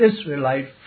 Israelite